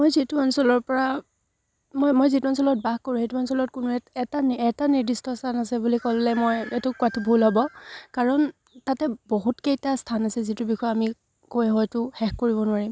মই যিটো অঞ্চলৰ পৰা মই মই যিটো অঞ্চলত বাস কৰোঁ সেইটো অঞ্চলত কোনো এটা এটা এটা নিৰ্দিষ্ট স্থান আছে বুলি ক'লে মই এইটো কোৱাটো ভুল হ'ব কাৰণ তাতে বহুতকেইটা স্থান আছে যিটোৰ বিষয়ে আমি কৈ হয়তো শেষ কৰিব নোৱাৰিম